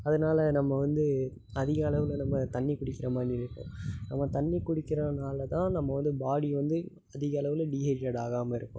அதனால நம்ம வந்து அதிக அளவில் நம்ம தண்ணிக் குடிக்கிற மாதிரி இருக்கும் நம்ம தண்ணி குடிக்கிறனால் தான் நம்ம வந்து பாடி வந்து அதிக அளவில் டீஹைட்ரேட் ஆகாமல் இருக்கும்